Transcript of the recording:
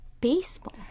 baseball